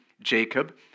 Jacob